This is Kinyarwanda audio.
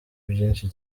byinshi